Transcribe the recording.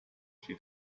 she